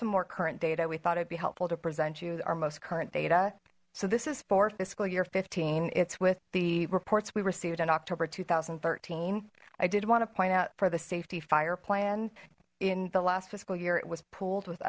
some more current data we thought i'd be helpful to present you our most current data so this is for fiscal year fifteen it's with the reports we received in october two thousand and thirteen i did want to point out for the safety fire plan in the last fiscal year it was pooled with